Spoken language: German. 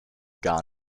gar